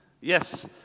Yes